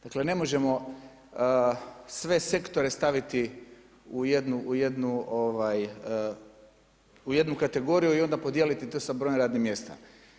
Dakle ne možemo sve sektore staviti u jednu kategoriju i onda to podijeliti sa brojem radnih mjesta.